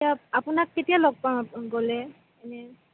আপোনাক কেতিয়া লগ পাম গ'লে এনে